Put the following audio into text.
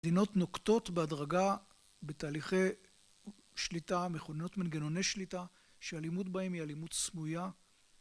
מדינות נוקטות בהדרגה בתהליכי שליטה מכוננות מנגנוני שליטה שאלימות בהם היא אלימות סמויה.